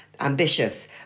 ambitious